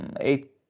eight